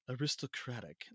aristocratic